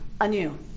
anew